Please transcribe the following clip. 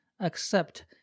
accept